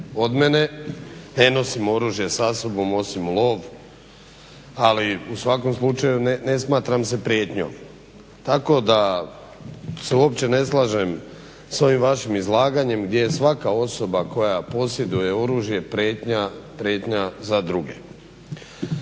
od mene. Ne nosim oružje sa sobom osim u lov, ali u svakom slučaju ne smatram se prijetnjom tako da se uopće ne slažem sa ovim vašim izlaganjem gdje je svaka osoba koja posjeduje oružje prijetnja za druge.